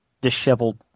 disheveled